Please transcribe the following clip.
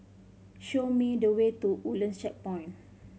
show me the way to Woodlands Checkpoint